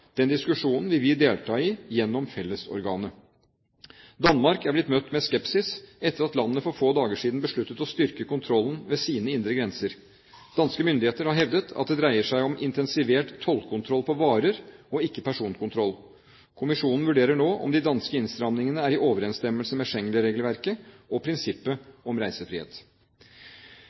Den diskusjonen vil vi delta i gjennom fellesorganet. Danmark er blitt møtt med skepsis etter at landet for få dager siden besluttet å styrke kontrollen på sine indre grenser. Danske myndigheter har hevdet at det dreier seg om intensivert tollkontroll på varer – og ikke personkontroll. Kommisjonen vurderer nå om de danske innstramningene er i overensstemmelse med Schengen-regelverket og prinsippet om reisefrihet.